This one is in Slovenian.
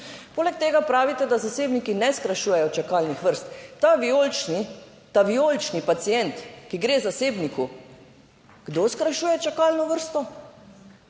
Poleg tega pravite, da zasebniki ne skrajšujejo čakalnih vrst. ta vijolični, ta vijolični pacient, ki gre k zasebniku. Kdo skrajšuje čakalno vrsto?